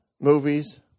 movies